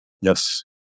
Yes